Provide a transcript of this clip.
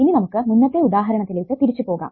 ഇനി നമുക്ക് മുന്നത്തെ ഉദാഹരണത്തിലേക്ക് തിരിച്ചു പോകാം